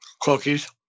cookies